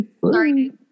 sorry